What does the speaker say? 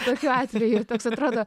tokiu atveju toks atrodo